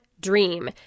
Dream